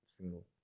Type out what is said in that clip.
single